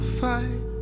fight